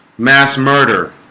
mass murder